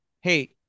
hey